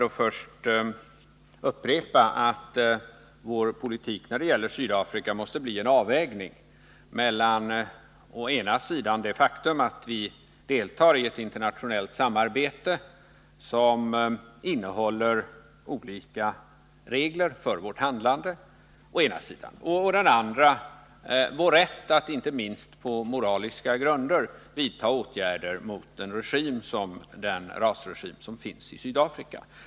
Låt mig först upprepa att Sveriges politik när det gäller Sydafrika måste bli en avvägning mellan å ena sidan det faktum att vi deltar i ett internationellt samarbete som redan innehåller olika regler för vårt handlande, och å den andra vår rätt att inte minst på moraliska grunder vidta åtgärder mot den rasistregim som finns i Sydafrika.